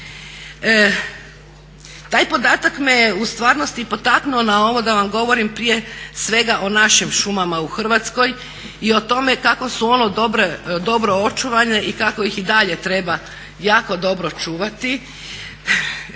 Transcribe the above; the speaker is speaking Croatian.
Taj podatak me je u stvarnosti i potaknuo na ovo da vam govorim prije svega o našim šumama u Hrvatskoj i o tome kako su one dobro očuvane i kako ih i dalje treba jako dobro čuvati.